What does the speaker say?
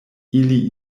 ili